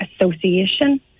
association